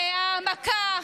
בהעמקה,